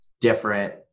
different